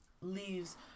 leaves